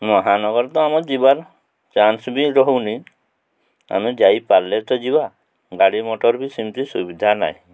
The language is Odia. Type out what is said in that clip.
ମହାନଗର ତ ଆମ ଯିବାର ଚାନ୍ସ ବି ରହୁନି ଆମେ ଯାଇପାରିଲେ ତ ଯିବା ଗାଡ଼ି ମଟର ବି ସେମିତି ସୁବିଧା ନାହିଁ